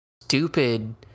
stupid